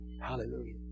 Hallelujah